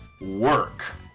work